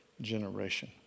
generation